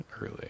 early